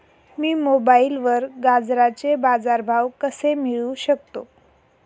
मी मोबाईलवर गाजराचे बाजार भाव कसे मिळवू शकतो?